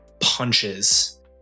punches